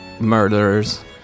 murderers